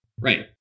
Right